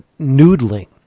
noodling